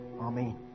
Amen